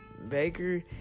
Baker